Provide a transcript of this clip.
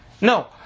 No